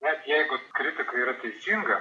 net jeigu kritika yra teisinga